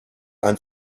ein